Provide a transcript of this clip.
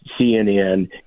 CNN